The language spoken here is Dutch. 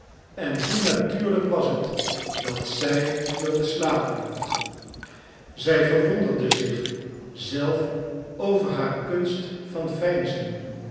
en hoe natuurlijk was het dat zij wilde slapen zij verwonderde zich zelf over haar kunst van veinzen